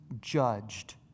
judged